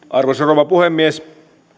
arvoisa rouva puhemies